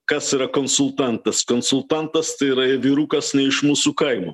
kas yra konsultantas konsultantas tai yra vyrukas ne iš mūsų kaimo